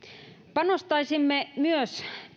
panostaisimme myös